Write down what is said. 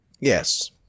yes